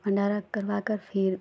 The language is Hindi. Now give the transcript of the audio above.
भण्डारा करवाकर फिर